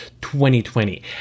2020